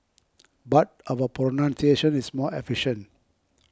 but our pronunciation is more efficient